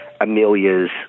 Amelia's